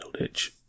Middleditch